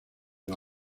los